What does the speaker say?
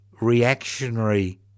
reactionary